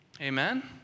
Amen